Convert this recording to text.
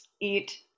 eat